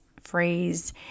phrase